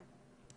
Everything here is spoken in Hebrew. כן.